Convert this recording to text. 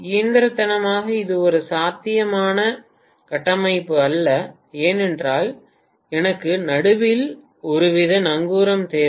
இயந்திரத்தனமாக இது ஒரு சாத்தியமான கட்டமைப்பு அல்ல ஏனென்றால் எனக்கு நடுவில் ஒருவித நங்கூரம் தேவை